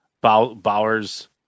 Bowers